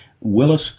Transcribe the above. Willis